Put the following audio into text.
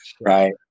Right